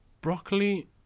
broccoli